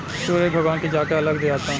सूरज भगवान के जाके अरग दियाता